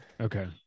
Okay